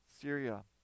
Syria